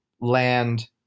land